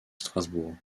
strasbourg